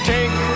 Take